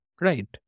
Right